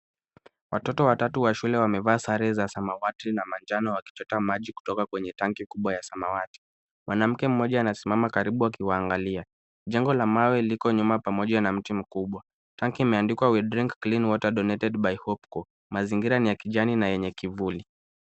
Watoto watatu wa shule wamevaa sare za samawati na manjano wakichota maji kutoka kwenye tanki kubwa ya samawati. Mwanamke mmoja anasimama karibu akiwaangalia. Jengo la mawe liko nyuma pamoja na mti mkubwa. Tanki imeandikwa we drink clean water donated by Hopecore. Mazingira ni ya kijani na yenye kivuli.